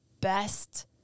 best